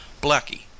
Blackie